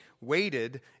waited